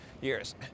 years